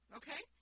okay